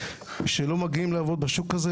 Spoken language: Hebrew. שלא מגיעים לעבוד בשוק הזה.